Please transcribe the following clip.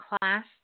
class